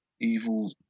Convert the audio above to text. evil